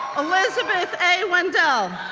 elizabeth a wendell,